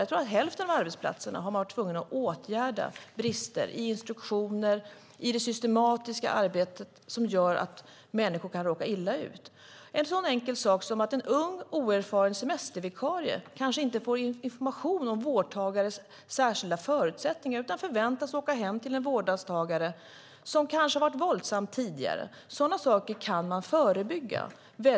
Jag tror att man på hälften av arbetsplatserna var tvungen att åtgärda brister i instruktioner och i det systematiska arbetet som gör att människor kan råka illa ut. Det kan vara en så enkel sak som att förebygga att en ung oerfaren semestervikarie inte får information om vårdtagares särskilda förutsättningar utan förväntas åka hem till en vårdtagare som kanske har varit våldsam tidigare.